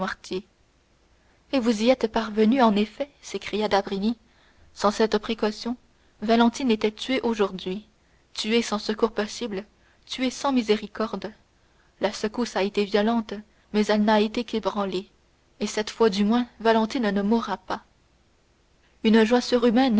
et vous y êtes parvenu en effet s'écria d'avrigny sans cette précaution valentine était tuée aujourd'hui tuée sans secours possible tuée sans miséricorde la secousse a été violente mais elle n'a été qu'ébranlée et cette fois du moins valentine ne mourra pas une joie surhumaine